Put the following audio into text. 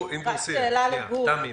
הנוספת.